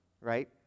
right